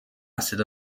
acid